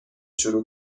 شروع